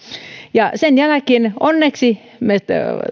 ja sen jälkeen onneksi me